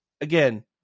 again